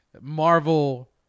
marvel